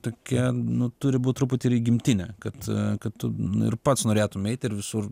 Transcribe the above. tokia nu turi būt truputėlį gimtinė kad kad tu nu ir pats norėtum eiti ir visur